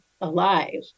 alive